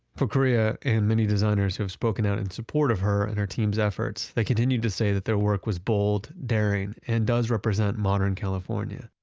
for correa and many designers who have spoken out in support of her and our team's efforts, they continued to say that their work was bold, daring and does represent modern california.